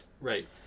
Right